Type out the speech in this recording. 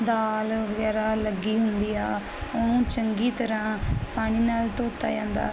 ਦਾਲ ਵਗੈਰਾ ਲੱਗੀ ਹੁੰਦੀ ਆ ਉਹਨੂੰ ਚੰਗੀ ਤਰ੍ਹਾਂ ਪਾਣੀ ਨਾਲ ਧੋਤਾ ਜਾਂਦਾ